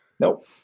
Nope